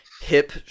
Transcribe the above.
hip